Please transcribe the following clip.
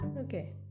okay